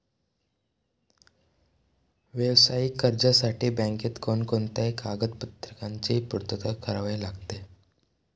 व्यावसायिक कर्जासाठी बँकेत कोणकोणत्या कागदपत्रांची पूर्तता करावी लागते?